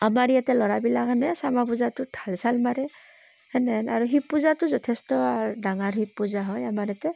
আমাৰ ইয়াতে ল'ৰাবিলাকেহনে শ্যামা পূজাটোত ধাল চাল মাৰে সেনে হেন আৰু শিৱ পূজাটো যথেষ্ট আৰু ডাঙাৰ শিৱ পূজা হয় আমাৰ ইয়াতে